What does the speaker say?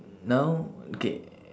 now okay